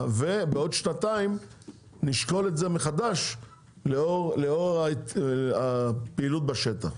ובעוד שנתיים נשקול את זה מחדש לאור הפעילות בשטח.